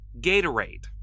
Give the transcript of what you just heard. Gatorade